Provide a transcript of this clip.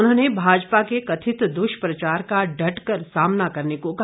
उन्होंने भाजपा के कथित दुष्प्रचार का डटकर सामना करने को कहा